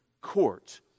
court